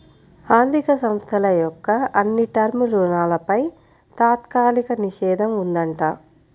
ఆర్ధిక సంస్థల యొక్క అన్ని టర్మ్ రుణాలపై తాత్కాలిక నిషేధం ఉందంట